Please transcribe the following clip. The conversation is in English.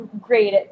great